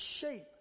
shape